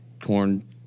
corn